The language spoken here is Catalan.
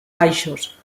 baixos